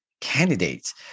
candidates